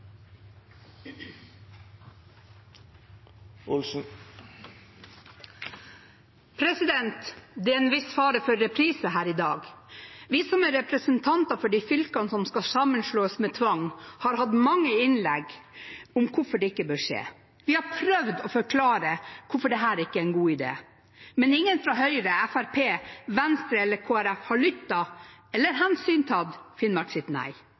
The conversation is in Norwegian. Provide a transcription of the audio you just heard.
Det er en viss fare for reprise her i dag. Vi som er representanter for de fylker som skal sammenslås med tvang, har hatt mange innlegg om hvorfor det ikke bør skje. Vi har prøvd å forklare hvorfor dette ikke er en god idé, men ingen fra Høyre, Fremskrittspartiet, Venstre eller Kristelig Folkeparti har lyttet eller